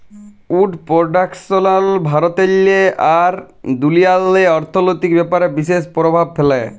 would পরডাকশল ভারতেল্লে আর দুনিয়াল্লে অথ্থলৈতিক ব্যাপারে বিশেষ পরভাব ফ্যালে